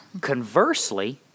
Conversely